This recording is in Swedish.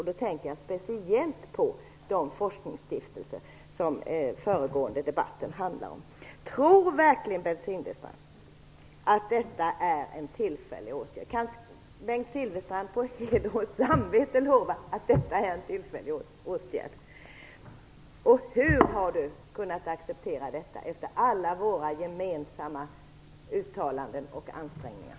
Jag tänker speciellt på de forskningsstiftelser som föregående debatt handlade om. Tror verkligen Bengt Silfverstrand att detta är en tillfällig åtgärd? Kan Bengt Silfverstrand på heder och samvete lova att detta är en tillfällig åtgärd? Hur har Bengt Silfverstrand kunnat acceptera detta efter alla våra gemensamma uttalanden och ansträngningar?